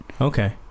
Okay